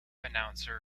announcer